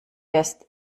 wirst